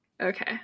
Okay